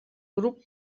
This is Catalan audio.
grup